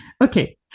okay